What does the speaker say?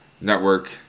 network